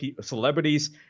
celebrities